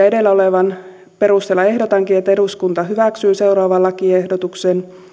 edellä olevan perusteella ehdotankin että eduskunta hyväksyy seuraavan lakiehdotuksen